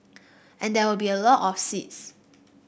and there will be a lot of seeds